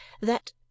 that